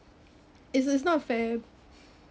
is is not fair